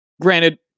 granted